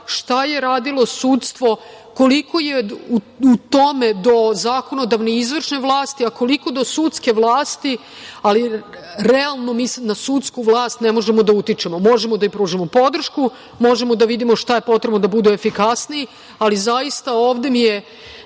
šta je radilo sudstvo, koliko je u tome do zakonodavne i izvršne vlasti, a koliko do sudske vlasti. Realno, mislim da na sudsku vlast ne možemo da utičemo. Možemo da joj pružimo podršku, možemo da vidimo šta je potrebno da budu efikasniji, ali zaista nekako